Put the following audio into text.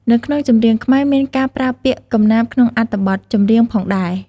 នៅក្នុងចម្រៀងខ្មែរមានការប្រើពាក្យកំណាព្យក្នុងអត្ថបទចម្រៀងផងដែរ។